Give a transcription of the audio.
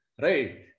Right